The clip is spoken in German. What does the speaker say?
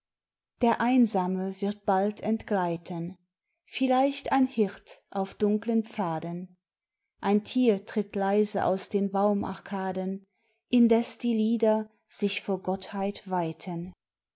der einsame wird bald entgleiten vielleicht ein hirt auf dunklen pfaden ein tier tritt leise aus den baumarkaden indes die lider sich vor gottheit weiten